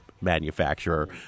manufacturer